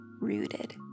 rooted